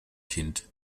kind